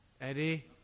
Eddie